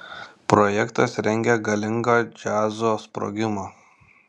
projektas rengia galingą džiazo sprogimą